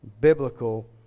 biblical